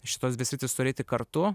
šitos dvi sritys turi eiti kartu